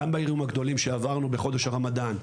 גם באירועים הגדולים שעברנו בחודש הרמדאן,